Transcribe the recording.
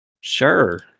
Sure